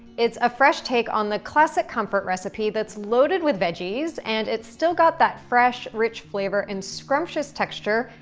it's a fresh take on the classic comfort recipe that's loaded with veggies, and it's still got that fresh, rich flavor and scrumptious texture,